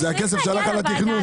זה הכסף שהלך על התכנון.